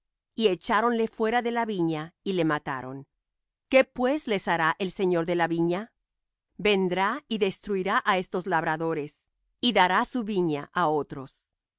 y echáronle fuera de la viña y le mataron qué pues les hará el señor de la viña vendrá y destruirá á estos labradores y dará su viña á otros